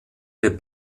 der